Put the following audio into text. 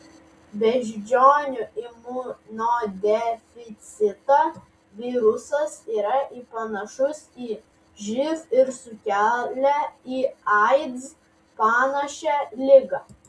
beždžionių imunodeficito virusas yra į panašus į živ ir sukelia į aids panašią ligą